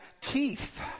teeth